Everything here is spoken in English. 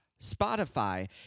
Spotify